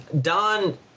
Don